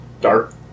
dark